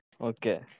Okay